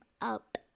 up